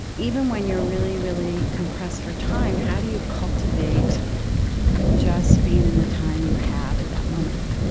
even when you're really, really compressed for time, how do you cultivate just being in the time you have at that moment?